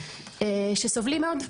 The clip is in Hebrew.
שסובלים מאוד,